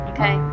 Okay